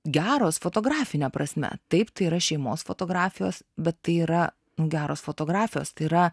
geros fotografine prasme taip tai yra šeimos fotografijos bet tai yra geros fotografijos tai yra